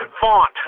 font